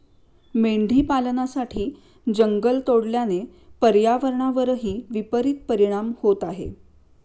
मेंढी पालनासाठी जंगल तोडल्याने पर्यावरणावरही विपरित परिणाम होत आहे